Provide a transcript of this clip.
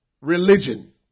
religion